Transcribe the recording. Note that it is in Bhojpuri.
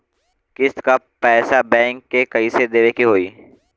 किस्त क पैसा बैंक के कइसे देवे के होई?